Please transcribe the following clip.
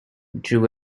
drew